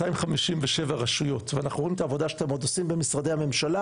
שהם קשורות לעולם השירות.